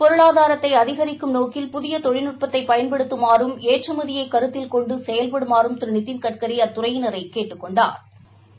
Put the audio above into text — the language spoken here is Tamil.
பொருளாதாரத்தை அதிகரிக்கும் நோக்கில் புதிய தொழில்நுட்பத்தை பயன்படுத்துமாறும் ஏற்றுமதியை கருத்தில் கொண்டும் செயல்படுமாறு திரு நிதின்கட்கரி அத்துறையினரை கேட்டுக் கொண்டாா்